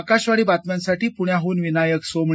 आकाशवाणी बातम्यांसाठी पुण्याहन विनायक सोमणी